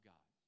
God